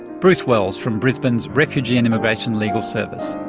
bruce wells from brisbane's refugee and immigration legal service.